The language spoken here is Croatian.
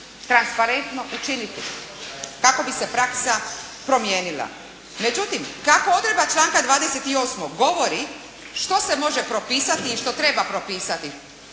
transparentno učiniti kako bi se praksa promijenila. Međutim kako odredba članka 28. govori što se može propisati i što treba propisati.